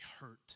hurt